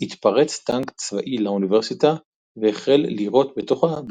התפרץ טנק צבאי לאוניברסיטה והחל לירות בתוכה,